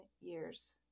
years